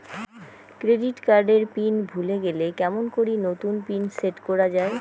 Credit card এর pin ভুলে গেলে কেমন করি নতুন পিন সেট করা য়ায়?